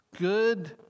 good